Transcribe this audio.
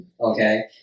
okay